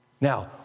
Now